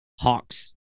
hawks